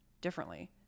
differently